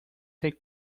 take